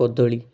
କଦଳୀ